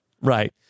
Right